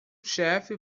chef